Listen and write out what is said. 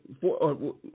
four